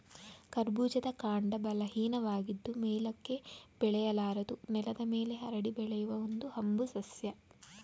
ಕರ್ಬೂಜದ ಕಾಂಡ ಬಲಹೀನವಾಗಿದ್ದು ಮೇಲಕ್ಕೆ ಬೆಳೆಯಲಾರದು ನೆಲದ ಮೇಲೆ ಹರಡಿ ಬೆಳೆಯುವ ಒಂದು ಹಂಬು ಸಸ್ಯ